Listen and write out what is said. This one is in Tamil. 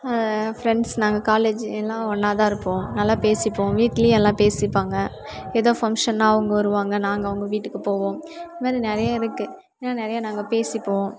ஃபிரெண்ட்ஸ் நாங்கள் காலேஜ் எல்லா ஒன்றாதா இருப்போம் நல்லா பேசிப்போம் வீட்லேயும் எல்லா பேசிப்பாங்க எதாவது ஃபங்ஷன்னால் அவங்க வருவாங்க நாங்கள் அவங்க வீட்டுக்கு போவோம் இதுமாதிரி நிறையருக்கு ஏன்னால் நிறைய நாங்கள் பேசிப்போம்